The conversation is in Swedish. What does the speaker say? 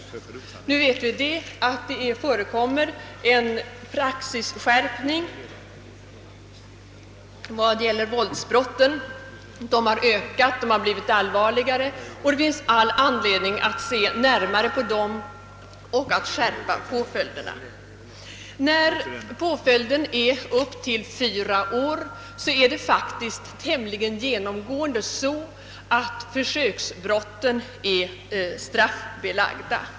Som vi vet har domstolspraxis i fråga om våldsbrotten inneburit en skärpning av straffet för sådana brott. Våldsbrotten har ökat och blivit allvarligare, och det finns all anledning att skärpa påföljderna för sådana brott. När straffpåföljden är upp till fyra år är försöksbrotten tämligen genomgående straffbelagda.